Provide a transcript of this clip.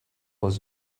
was